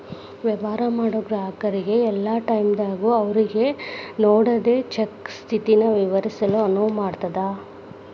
ವ್ಯವಹಾರ ಮಾಡೋ ಗ್ರಾಹಕರಿಗೆ ಯಲ್ಲಾ ಟೈಮದಾಗೂ ಅವ್ರಿಗೆ ನೇಡಿದ್ ಚೆಕ್ ಸ್ಥಿತಿನ ವಿಚಾರಿಸಲು ಅನುವು ಮಾಡ್ತದ್